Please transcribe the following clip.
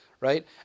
right